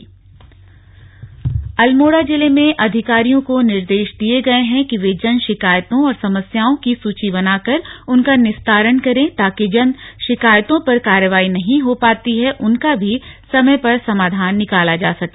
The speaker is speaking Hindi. जनता मिलन अल्मोड़ा जिले में अधिकारियों को निर्देश दिये गये हैं कि वे जनशिकायतों और समस्याओं की सूची बनाकर उनका निस्तारण करें ताकि जिन शिकायतों पर कार्रवाई नहीं हो पाती है उनका भी समय पर समाधान निकाला जा सके